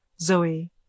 Zoe